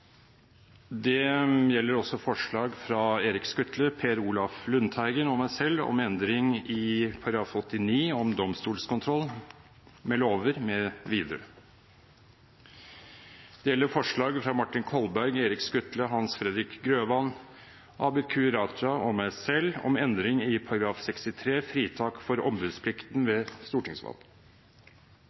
Det gjelder grunnlovsforslag fra representantene Erik Skutle, Per Olaf Lundteigen og meg selv om endring i § 89, om domstolskontroll med lover mv. Det gjelder grunnlovsforslag fra representantene Erik Skutle, Hans Fredrik Grøvan, Abid Q. Raja, Martin Kolberg og meg selv om endring i § 63, fritak fra ombudsplikten ved stortingsvalg.